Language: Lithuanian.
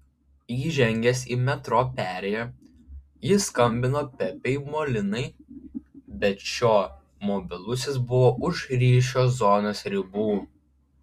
įžengęs į metro perėją jis skambino pepei molinai bet šio mobilusis buvo už ryšio zonos ribų